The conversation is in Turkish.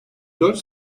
dört